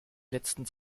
letzten